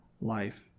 life